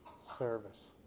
service